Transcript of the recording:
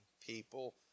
people